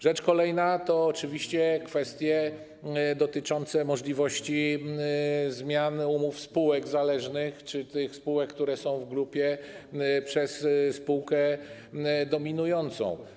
Rzecz kolejna to oczywiście kwestie dotyczące możliwości zmian umów spółek zależnych czy tych spółek, które są w grupie, przez spółkę dominującą.